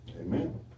Amen